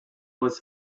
was